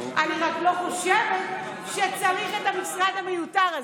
אני רק לא חושבת שצריך את המשרד המיותר הזה.